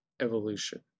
evolution